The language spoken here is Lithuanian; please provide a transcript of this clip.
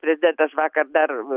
prezidentas vakar dar